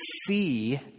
see